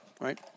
right